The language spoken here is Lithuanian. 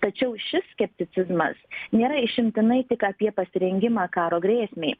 tačiau šis skepticizmas nėra išimtinai tik apie pasirengimą karo grėsmei